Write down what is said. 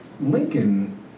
Lincoln